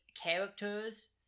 characters